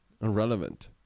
irrelevant